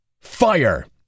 Fire